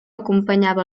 acompanyava